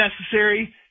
necessary